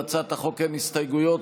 להצעת החוק אין הסתייגויות,